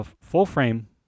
full-frame